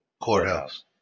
courthouse